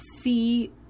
see